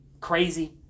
crazy